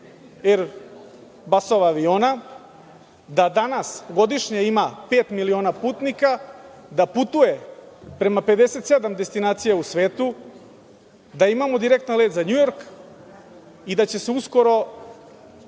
basovih aviona, da danas godišnje ima pet miliona putnika, da putuje prema 57 destinacija u svetu, da imamo direktan let za Njujork i da će se uskoro